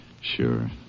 Sure